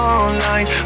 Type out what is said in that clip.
online